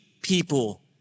people